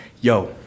yo